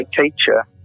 teacher